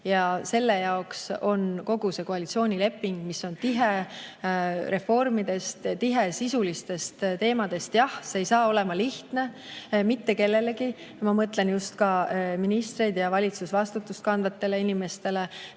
Selle jaoks on kogu see koalitsioonileping, mis on tihe reformidest, tihe sisulistest teemadest. Jah, see ei saa olema lihtne mitte kellelegi – ma mõtlen ka ministreid ja teisi valitsusvastutust kandvaid inimesi.